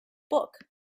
book